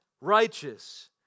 Righteous